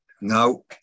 now